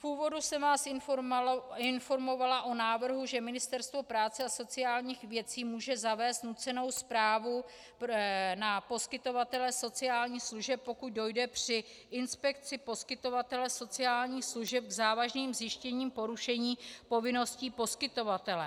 V úvodu jsem vás informovala o návrhu, že Ministerstvo práce a sociálních věcí může zavést nucenou správu na poskytovatele sociálních služeb, pokud dojde při inspekci poskytovatele sociálních služeb k závažným zjištěním porušení povinností poskytovatele.